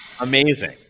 Amazing